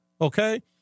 okay